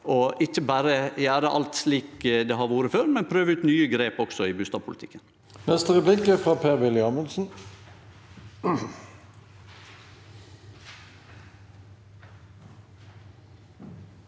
i ikkje berre å gjere alt slik det har vore før, men prøve ut nye grep også i bustadpolitikken.